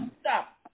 stop